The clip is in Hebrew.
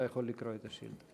אתה יכול לקרוא את השאילתה.